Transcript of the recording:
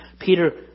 Peter